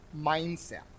mindset